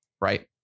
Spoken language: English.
Right